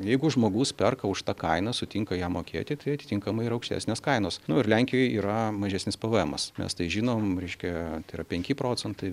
jeigu žmogus perka už tą kainą sutinka ją mokėti tai atitinkamai ir aukštesnės kainos nu ir lenkijoj yra mažesnis pė vė emas mes tai žinom reiškia tai yra penki procentai